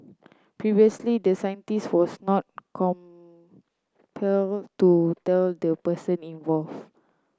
previously the scientist was not compelled to tell the person involve